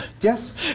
Yes